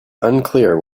unclear